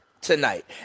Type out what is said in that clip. tonight